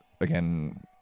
again